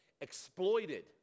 exploited